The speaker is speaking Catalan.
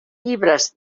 llibres